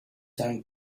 and